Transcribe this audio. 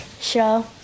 show